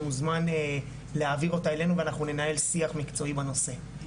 הוא מוזמן להעביר אותה אלינו ואנחנו ננהל שיח מקצועי בנושא.